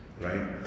Right